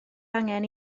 angen